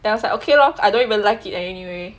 then I was like okay lor I don't even like it anyway